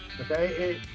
Okay